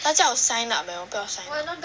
他叫我 sign up eh 我不要 sign up